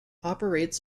operates